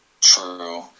True